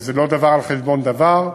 וזה לא דבר על חשבון דבר,